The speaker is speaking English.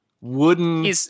wooden